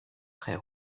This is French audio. très